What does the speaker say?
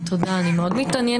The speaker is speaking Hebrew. זה דיון מאוד מאוד חשוב,